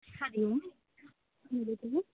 हरिः ओं वदतु